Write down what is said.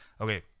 Okay